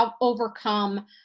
overcome